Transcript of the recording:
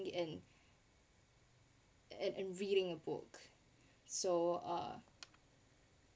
and and and reading a book so uh